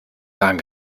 wagen